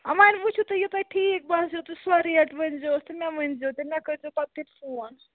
ۄنۍ وُچھو تُہۍ یہ تۄہہِ ٹھیٖک باسیٚو تہٕ سۄ ریٹ ؤنزیوس تہٕ مےٚ ؤنزیٚو تہٕ مےٚ کٔرزیٚو پتہٕ تُہۍ فون